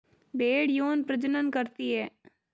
भेड़ यौन प्रजनन करती है